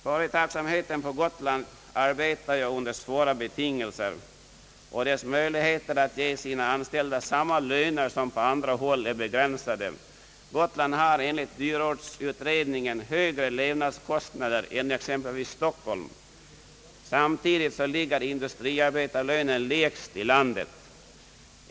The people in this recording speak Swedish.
Företagsamheten på Gotland arbetar under svåra betingelser, och dess möjligheter att ge sina anställda samma löner som betalas på andra håll är begränsade. Gotland har enligt dyrortsutredningen högre levnadskostnader än exempelvis Stockholm. Samtidigt är industriarbetarlönen på Gotland lägst i landet.